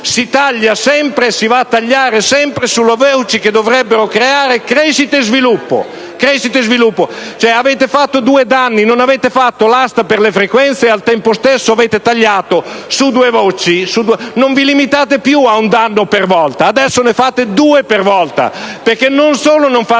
questo Paese (si va a tagliare sempre sulle voci che dovrebbero creare crescita e sviluppo) e avete fatto due danni: non avete fatto l'asta per le frequenze e, al tempo stesso, avete tagliato su due voci. Non vi limitate più a un danno per volta: adesso ne fate due per volta, perché non solo non fate